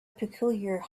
peculiar